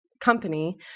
company